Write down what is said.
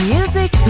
Music